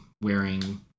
wearing